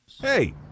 Hey